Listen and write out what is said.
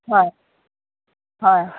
হয় হয়